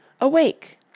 Awake